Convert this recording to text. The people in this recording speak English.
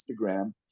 instagram